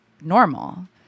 normal